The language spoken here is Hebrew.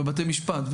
ובתי משפט,